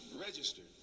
registered